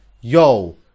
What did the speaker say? yo